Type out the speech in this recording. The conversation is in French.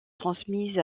transmise